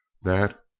that,